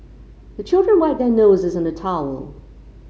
the children wipe their noses on the towel